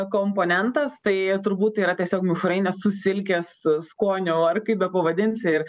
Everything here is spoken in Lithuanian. komponentas tai turbūt tai yra tiesiog mišrainė su silkės skoniu ar kaip bepavadinsi ir